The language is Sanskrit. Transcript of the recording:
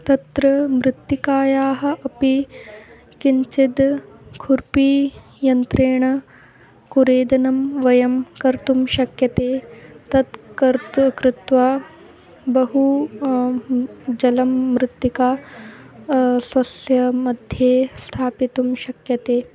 तत्र मृत्तिकायाः अपि किञ्चित् खुर्पि यन्त्रेण कुरेदनं वयं कर्तुं शक्यते तत् कर्त् कृत्वा बहू जलं मृत्तिका स्वस्य मध्ये स्थापयितुं शक्यते